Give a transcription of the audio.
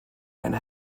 and